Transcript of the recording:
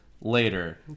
later